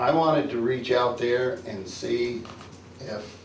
i wanted to reach out here and see